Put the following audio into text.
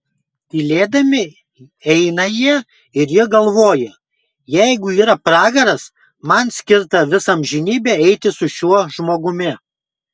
tylėdami eina jie ir ji galvoja jeigu yra pragaras man skirta visą amžinybę eiti su šiuo žmogumi